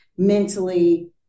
mentally